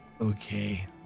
Okay